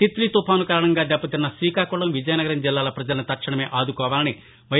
తిత్లీ తుపాను కారణంగా దెబ్బతిన్న శ్రీకాకుళం విజయనగరం జిల్లాల పజలను తక్షణమే ఆదుకోవాలని వై